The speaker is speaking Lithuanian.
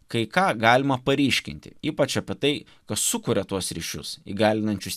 kai ką galima paryškinti ypač apie tai kas sukuria tuos ryšius įgalinančius